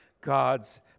God's